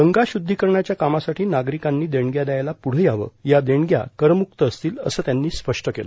गंगा शुद्धीकरणाच्या कामासाठी नागरिकांनी देणग्या द्यायला पुढं यावं या देणग्या करमुक्त असतील असं त्यांनी स्पष्ट केलं